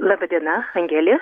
laba diena angelė